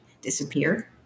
disappear